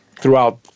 throughout